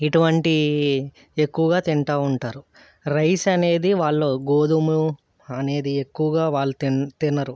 ఇటువంటివి ఎక్కువగా తింటూ ఉంటారు రైస్ అనేది వాళ్ళు గోధుమ అనేది ఎక్కువగా వాళ్ళు తి తినరు